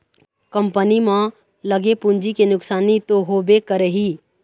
company म लगे पूंजी के नुकसानी तो होबे करही